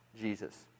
Jesus